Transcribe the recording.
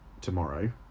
tomorrow